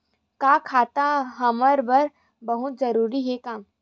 का खाता हमर बर बहुत जरूरी हे का?